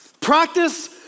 Practice